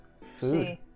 Food